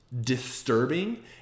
disturbing